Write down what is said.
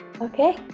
Okay